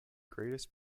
greatest